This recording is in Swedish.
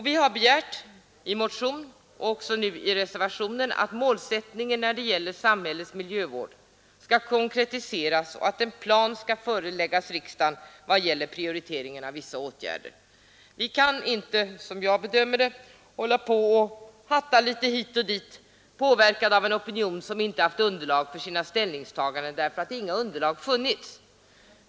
Vi har i motion men också nu i vår reservation begärt att målsättningen när det gäller samhällets miljövård skall konkretiseras och att en plan skall föreläggas riksdagen i vad gäller prioriteringen av vissa åtgärder. Vi kan inte, som jag bedömer det, hålla på och hatta litet hit och dit, påverkade av en opinion som inte haft underlag för sina ställningstaganden därför att inga underlag funnits.